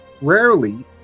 rarely